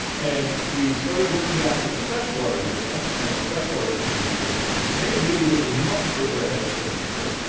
and we started looking back at the freshwater data and the freshwater communities' work on this and they really were much further ahead than we were,